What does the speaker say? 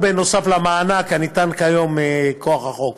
נוסף על המענק הניתן כיום מכוח החוק.